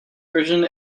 version